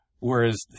Whereas